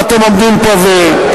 ואתם עומדים פה ו,